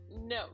No